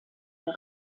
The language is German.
der